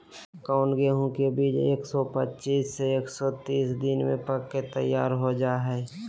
कौन गेंहू के बीज एक सौ पच्चीस से एक सौ तीस दिन में पक के तैयार हो जा हाय?